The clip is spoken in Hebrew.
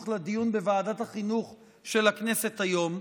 לדיון בוועדת החינוך של הכנסת היום,